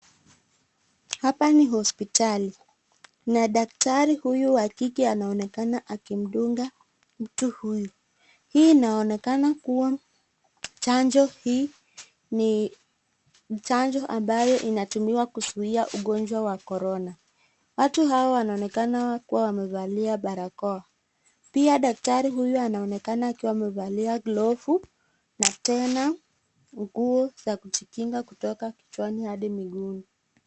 Hapa ni hospitali na daktari huyu akija anaonekana akimdunga mtu huyu, hii inaonekana kuwa chanjo hii ni chanjo ambayo inatumiwa kuzuia ugonjwa wa korona, watu hawa wanaonekana kuwa wanavalia barakoa pia daktari huyu anonekana kuwa amevalia glovu na tena mguu ya kujikinga kutoka kichwa Hadi mguuni.